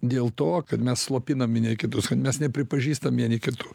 dėl to kad mes slopinam vieni kitus kad mes nepripažįstam vieni kitų